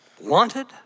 Wanted